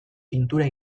pintura